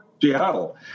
Seattle